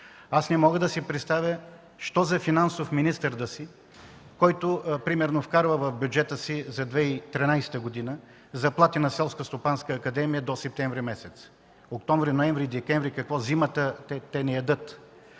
Не мога да си представя що за финансов министър си, който вкарва в бюджета си за 2013 г. заплати на Селскостопанската академия до септември месец. Октомври, ноември и декември какво? Зимата не ядат?